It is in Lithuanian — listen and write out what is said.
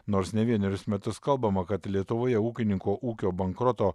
nors ne vienerius metus kalbama kad lietuvoje ūkininko ūkio bankroto